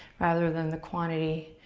rather than the quantity.